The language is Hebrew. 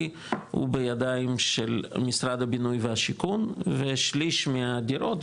הוא בידיים של משרד הבינוי והשיכון ושליש מהדירות,